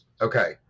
Okay